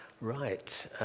Right